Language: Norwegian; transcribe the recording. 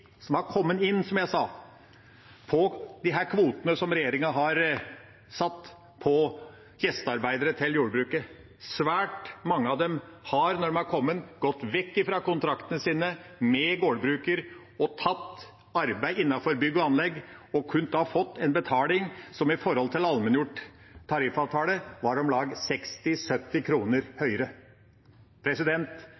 som har kommet inn på disse kvotene som regjeringa har satt for gjestearbeidere til jordbruket, har, når de har kommet, gått vekk fra kontraktene sine med gårdbruker og tatt arbeid innenfor bygg og anlegg og har da kunnet få en betaling som i forhold til allmenngjort tariffavtale er om lag